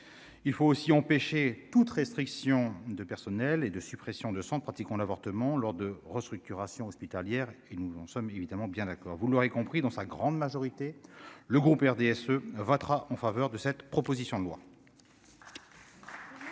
il faut aussi empêcher toute restriction de personnel et de suppression de 100 pratiquant l'avortement lors de restructurations hospitalières et nous en sommes évidemment bien d'accord, vous l'aurez compris dans sa grande majorité, le groupe RDSE votera en faveur de cette proposition de loi.